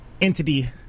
entity